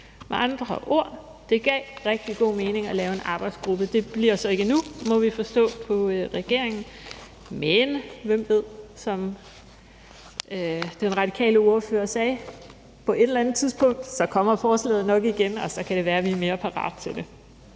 med andre ord rigtig god mening at lave en arbejdsgruppe. Det bliver så ikke nu, må vi forstå på regeringen, men hvem ved – som den radikale ordfører sagde – på et eller andet tidspunkt kommer forslaget nok igen, og så kan det være, vi mere parate til det.